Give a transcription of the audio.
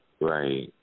Right